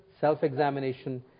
self-examination